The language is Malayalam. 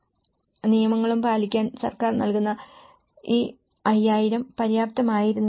കാരണം എല്ലാ നിയമങ്ങളും പാലിക്കാൻ സർക്കാർ നൽകുന്ന ഈ 5000 പര്യാപ്തമായിരുന്നില്ല